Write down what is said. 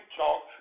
talk